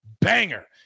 banger